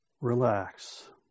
Relax